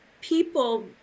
people